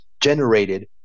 generated